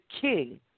king